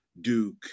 Duke